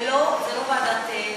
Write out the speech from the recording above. מה אתה מצלם,